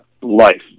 life